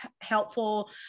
helpful